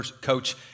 coach